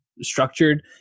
structured